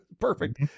Perfect